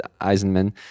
Eisenman